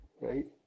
right